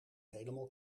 helemaal